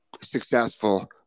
successful